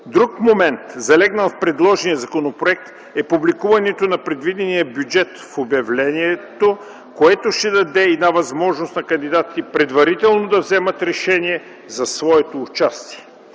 Друг момент, залегнал в предложения законопроект, е публикуването на предвидения бюджет в обявлението, което ще даде една възможност на кандидатите предварително да вземат решение за своето участие.